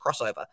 crossover